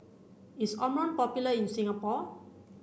is Omron popular in Singapore